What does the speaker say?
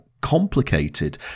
complicated